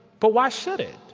but why should it?